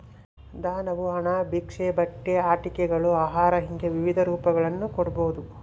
ದಾನವು ಹಣ ಭಿಕ್ಷೆ ಬಟ್ಟೆ ಆಟಿಕೆಗಳು ಆಹಾರ ಹಿಂಗೆ ವಿವಿಧ ರೂಪಗಳನ್ನು ಕೊಡ್ಬೋದು